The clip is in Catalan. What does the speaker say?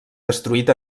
destruït